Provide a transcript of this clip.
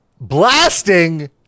Blasting